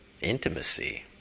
intimacy